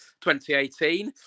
2018